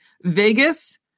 Vegas